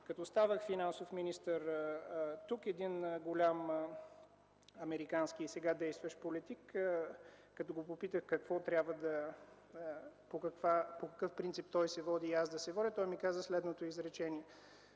Като ставах финансов министър тук един голям американски и сега действащ политик, като го попитах по какъв принцип той се води и аз да се водя, той ми каза следното изречение: